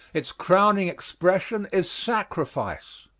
its crowning expression is sacrifice.